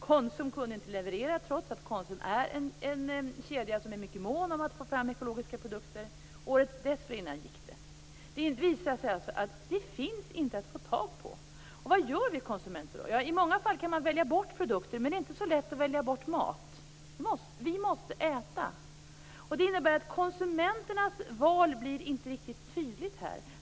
Konsum kunde inte leverera, trots att Konsum är en kedja som är mycket mån om att få fram ekologiska produkter. Året dessförinnan gick det. Det visar sig alltså att det inte finns ekologisk skinka att få tag på. Vad gör vi konsumenter då? I många fall kan man välja bort produkter, men det är inte så lätt att välja bort mat. Vi måste äta. Det innebär att konsumenternas val inte blir riktigt tydligt här.